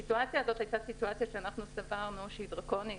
הסיטואציה הזאת הייתה סיטואציה שאנחנו סברנו שהיא דרקונית,